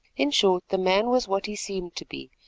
in short the man was what he seemed to be,